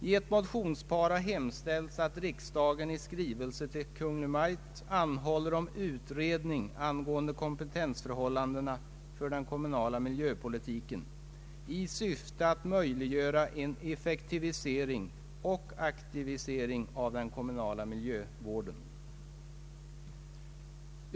I ett motionspar har hemställts att riksdagen i skrivelse till Kungl. Maj:t anhåller om utredning angående kompetensförhållandena för den kommunala miljöpolitiken i syfte att möjliggöra en effektivisering och aktivering av den kommunala miljövården.